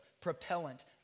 propellant